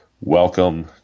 welcome